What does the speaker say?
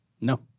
No